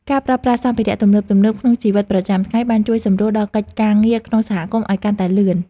ការប្រើប្រាស់សម្ភារៈទំនើបៗក្នុងជីវិតប្រចាំថ្ងៃបានជួយសម្រួលដល់កិច្ចការងារក្នុងសហគមន៍ឱ្យកាន់តែលឿន។